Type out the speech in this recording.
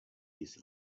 this